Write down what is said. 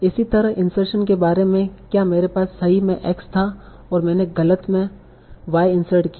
इसी तरह इंसर्शन के बारे में क्या मेरे पास सही में x था और मैंने गलत में y इन्सर्ट किया